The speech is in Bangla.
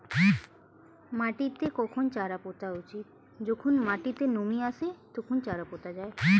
মাটিতে কখন চারা পোতা উচিৎ?